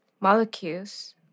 Molecules